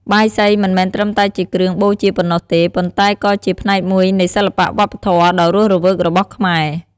បាយសីមិនមែនត្រឹមតែជាគ្រឿងបូជាប៉ុណ្ណោះទេ ប៉ុន្តែក៏ជាផ្នែកមួយនៃ សិល្បៈវប្បធម៌ ដ៏រស់រវើករបស់ខ្មែរ។